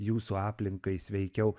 jūsų aplinkai sveikiau